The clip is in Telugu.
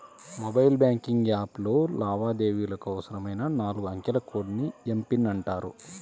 మొబైల్ బ్యాంకింగ్ యాప్లో లావాదేవీలకు అవసరమైన నాలుగు అంకెల కోడ్ ని ఎమ్.పిన్ అంటారు